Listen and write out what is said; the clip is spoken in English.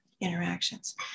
interactions